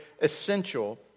essential